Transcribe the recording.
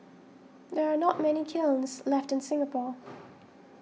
there are not many kilns left in Singapore